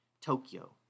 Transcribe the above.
Tokyo